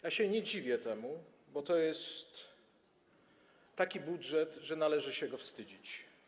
Ja się temu nie dziwię, bo to jest taki budżet, że należy się go wstydzić.